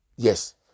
Yes